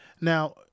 Now